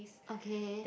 okay